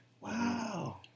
Wow